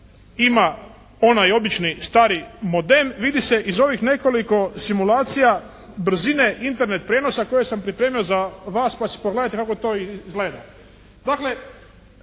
ima onaj obični stari model vidi se iz ovih nekoliko simulacija brzine Internet prijenosa koje sam pripremio za vas pa si pogledajte kako to izgleda. Dakle,